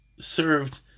served